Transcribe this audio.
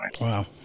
Wow